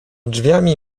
drzwiami